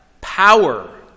power